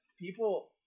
people